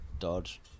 dodge